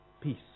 peace